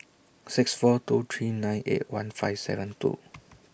six four two three nine eight one five seven two